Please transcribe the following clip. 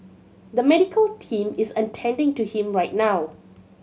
the medical team is attending to him right now